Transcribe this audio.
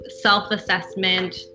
self-assessment